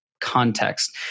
context